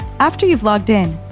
after you've logged in,